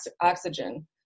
oxygen